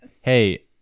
hey